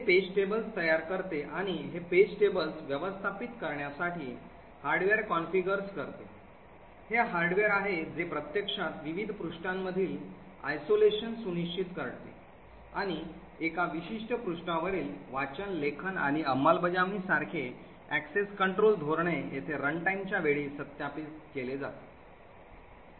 हे page tables तयार करते आणि हे page tables व्यवस्थापित करण्यासाठी हार्डवेअर कॉन्फिगर करते हे हार्डवेअर आहे जे प्रत्यक्षात विविध पृष्ठांमधील अलगाव सुनिश्चित करते आणि एका विशिष्ट पृष्ठावरील वाचन लेखन आणि अंमलबजावणी यासारखे access control धोरणे येथे रनटाइम च्या वेळी सत्यापित केलेली असते